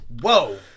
whoa